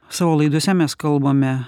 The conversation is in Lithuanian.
savo laidose mes kalbame